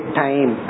time